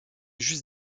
juste